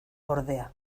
ordea